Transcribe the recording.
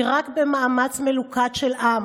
כי רק במאמץ מלוכד של עם